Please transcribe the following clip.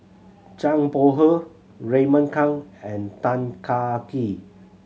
Zhang Bohe Raymond Kang and Tan Kah Kee